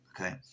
Okay